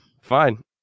fine